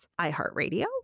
iHeartRadio